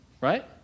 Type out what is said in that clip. right